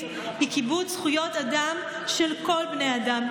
היא קיבוץ זכויות אדם של כל בני האדם,